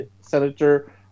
Senator